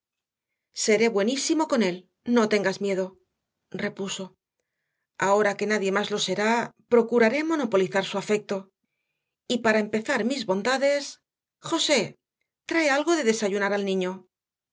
seré buenísimo con él no tengas miedo repuso ahora que nadie más lo será procuraré monopolizar su afecto y para empezar mis bondades josé trae algo de desayunar al niño